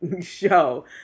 show